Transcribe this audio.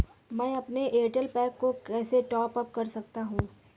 मैं अपने Airtel pack को कैसे टॉप अप कर सकता हूँ?